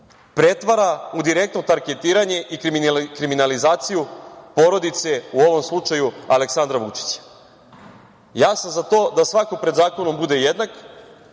pretvara u direktno tarketiranje i kriminalizaciju porodice, u ovom slučaju Aleksandra Vučića. Ja sam za to da svako pred zakonom bude jednak,